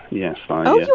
yes oh,